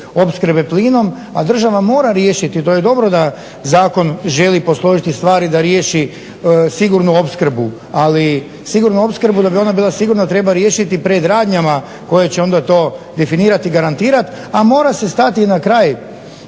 opskrbe plinom, a država mora riješiti, to je dobro da zakon želi posložiti stvari da riješi sigurnu opskrbu. Ali sigurnu opskrbu, da bi ona bila sigurna treba riješiti predradnjama koje će onda to definirati, garantirati a mora se stati i na kraj